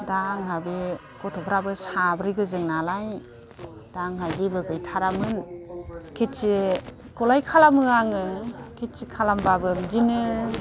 दा आंहा बे गथ'फोराबो साब्रैगोजो नालाय दा आंहा जेबो गैथारामोन खेथिखौलाय खालामो आङो खेथि खालामबाबो बिदिनो